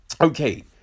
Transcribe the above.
Okay